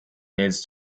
needs